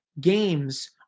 games